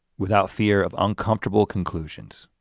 without fear of uncomfortable conclusions.